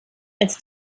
als